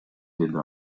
деди